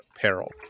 peril